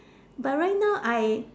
but right now I